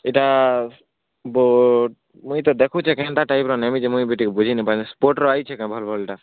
ଏଇଟା ବୁଟ୍ ମୁଇଁ ଏଇଟା ଦେଖୁଛି କେନ୍ତା ଟାଇପ୍ର ନେବି ଯେ ମୁଇଁ ଟିକେ ବୁଝି ନାଇଁପାରି ସ୍ପୋର୍ଟ୍ର ଆଇଛି କେଁ ଭଲ୍ ଭଲ୍ଟା